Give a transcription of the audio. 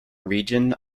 region